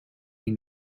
die